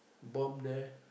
bomb there